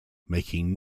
making